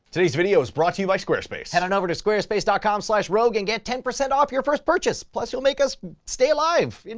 today's video is brought to you by squarespace. head on over to squarespace dot com slash rogue and get ten percent off your first purchase, plus you'll make us stay alive.